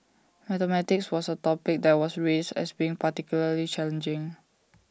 mathematics was A topic that was raised as being particularly challenging